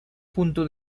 punto